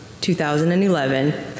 2011